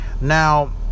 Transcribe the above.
Now